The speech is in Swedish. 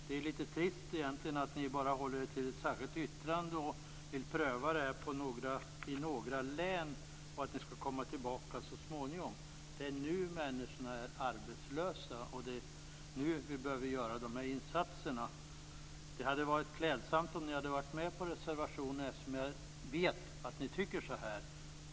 Det är litet trist egentligen att ni bara håller er till ett särskilt yttrande och vill pröva detta i några län för att det skall komma tillbaka så småningom. Det är nu människorna är arbetslösa, det är nu vi behöver göra de här insatserna. Det hade varit klädsamt om ni hade varit med på reservationen, eftersom jag vet att ni tycker så här.